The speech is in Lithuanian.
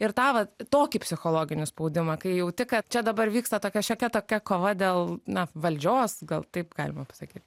ir tą vat tokį psichologinį spaudimą kai jauti kad čia dabar vyksta tokia šiokia tokia kova dėl na valdžios gal taip galima pasakyt